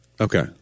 Okay